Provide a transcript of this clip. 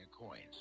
Coins